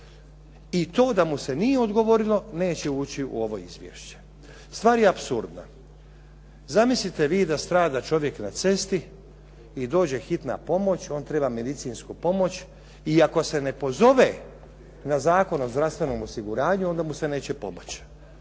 I to da mu se nije odgovorilo neće ući u ovo izvješće. Stvar je apsurdna. Zamislite vi da strada čovjek na cesti i dođe hitna pomoć, on treba medicinsku pomoć i ako se ne pozove na Zakon o zdravstvenom osiguranju onda mu se neće pomoći.